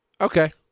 Okay